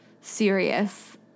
serious